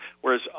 whereas